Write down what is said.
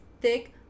thick